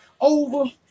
over